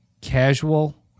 casual